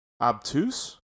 obtuse